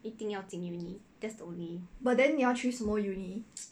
but then 你要去什么 uni